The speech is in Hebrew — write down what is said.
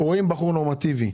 רואים בחור נורמטיבי.